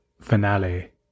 finale